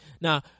Now